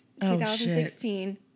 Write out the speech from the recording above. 2016